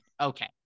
Okay